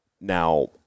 Now